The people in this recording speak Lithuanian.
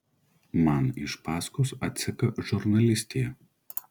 man iš paskos atseka žurnalistė